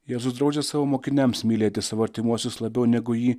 jėzus draudžia savo mokiniams mylėti savo artimuosius labiau negu jį